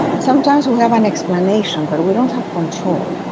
sometimes we have an explanation, but we don't have control.